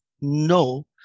No